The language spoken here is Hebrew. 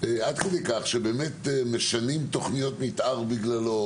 עד כדי כך שבאמת משנים תכניות מתאר בגללו